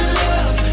love